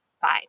fine